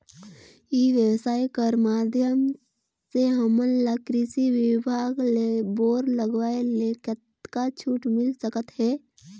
ई व्यवसाय कर माध्यम से हमन ला कृषि विभाग ले बोर लगवाए ले कतका छूट मिल सकत हे?